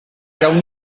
gawn